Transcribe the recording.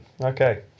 okay